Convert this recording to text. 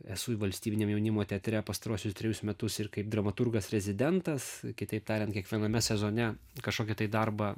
esu valstybiniam jaunimo teatre pastaruosius trejus metus ir kaip dramaturgas rezidentas kitaip tariant kiekviename sezone kažkokį darbą